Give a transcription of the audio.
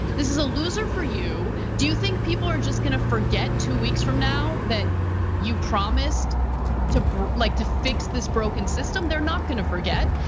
this is a loser for you. do you think people are just gonna forget two weeks from now that you promised to like to fix this broken system? they're not gonna forget.